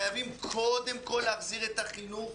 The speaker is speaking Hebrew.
חייבים קודם כל להחזיר את החינוך,